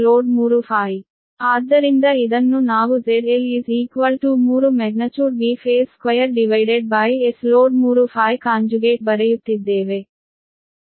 ಆದ್ದರಿಂದ ಇದನ್ನು ನಾವು ZL 3 magnitudeVphase2Sload3∅ಬರೆಯುತ್ತಿದ್ದೇವೆ ಅದು ನಿಮ್ಮ ಸಮೀಕರಣ ಸಂಖ್ಯೆ 11